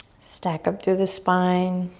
stack up through the spine.